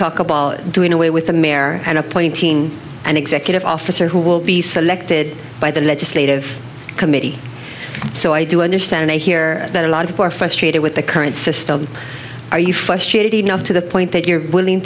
talk about doing away with the mare and appointing an executive officer who will be selected by the legislative committee so i do understand here that a lot of poor frustrated with the current system are you frustrated enough to the point that you're willing